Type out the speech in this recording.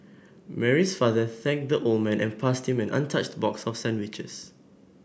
Mary's father thanked the old man and passed him an untouched box of sandwiches